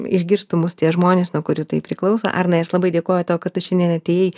išgirstų mus tie žmonės nuo kurių tai priklauso arnai aš labai dėkoju tau kad tu šiandien atėjai